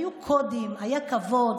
היו קודים, היה כבוד.